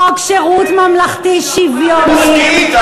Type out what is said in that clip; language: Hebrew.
חוק שירות ממלכתי שוויוני,